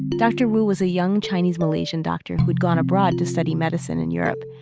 dr. wu was a young chinese malaysian doctor who'd gone abroad to study medicine in europe.